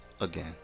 again